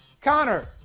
Connor